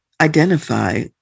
identify